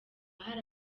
hari